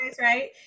Right